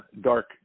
dark